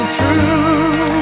true